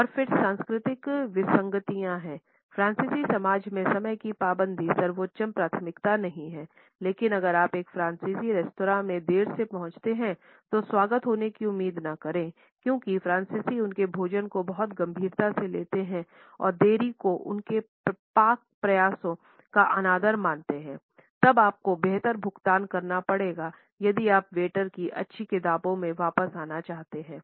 और फिर सांस्कृतिक विसंगतियाँ हैं फ्रांसीसी समाज में समय की पाबंदी सर्वोच्च प्राथमिकता नहीं है लेकिन अगर आप एक फ्रांसीसी रेस्त्रां में देर से पहुंचते हैं तो स्वागत होने की उम्मीद न करें क्योंकि फ्रांसीसी उनके भोजन को बहुत गंभीरता से लेते हैं और देरी को उनके पाक प्रयासों का अनादर मानते हैं तब आपको बेहतर भुगतान करना पड़ेगा यदि आप वेटर की अच्छी किताबों में वापस जाना चाहते हैं